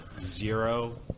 zero